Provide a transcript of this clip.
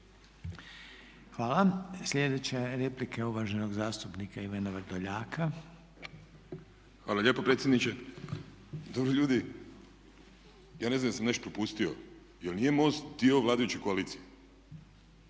Hvala. Sljedeća replika je uvaženog zastupnika Ivana Vrdoljaka. **Vrdoljak, Ivan (HNS)** Hvala lijepo predsjedniče. Dobro ljudi, ja ne znam jesam li nešto propustio, je li nije MOST dio vladajuće koalicije?